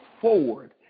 forward